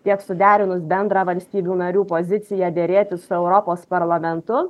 tiek suderinus bendrą valstybių narių poziciją derėtis su europos parlamentu